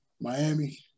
Miami